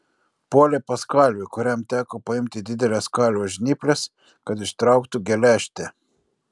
puolė pas kalvį kuriam teko paimti dideles kalvio žnyples kad ištrauktų geležtę